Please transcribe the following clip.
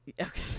Okay